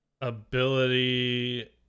Ability